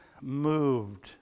moved